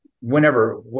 Whenever